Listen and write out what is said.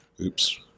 Oops